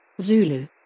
Zulu